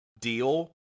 deal